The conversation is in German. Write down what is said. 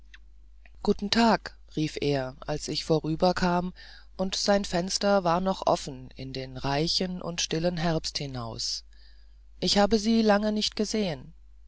guten tag rief er als ich vorüberkam und sein fenster war noch offen in den reichen und stillen herbst hinaus ich habe sie lange nicht gesehen